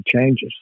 changes